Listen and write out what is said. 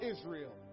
Israel